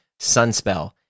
Sunspell